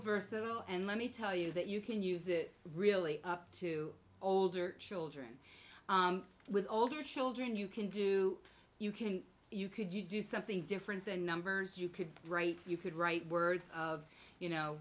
versatile and let me tell you that you can use it really to older children with older children you can do you can you could you do something different than numbers you could write you could write words of you know